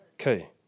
Okay